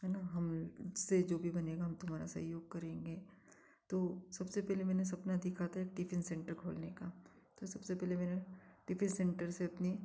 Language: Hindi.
है न हम से जो भी बनेगा हम तुम्हारा सहयोग करेंगे तो सबसे पहले मैंने सपना देखा था एक टिफ़िन सेंटर खोलने का तो सबसे पहले मैंने टिफ़िन सेंटर से अपनी